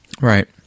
Right